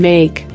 Make